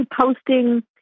posting